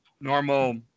normal